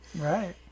right